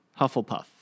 Hufflepuff